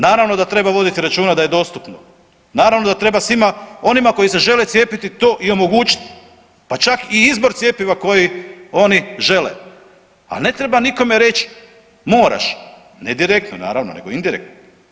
Naravno da treba voditi računa da je dostupno, naravno da treba svima onima koji se žele cijepiti to i omogućiti da čak i izbor cjepiva koji oni žele, al ne treba nikome reći moraš, ne direktno naravno nego indirektno.